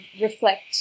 reflect